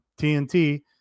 TNT